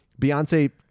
Beyonce